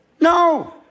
No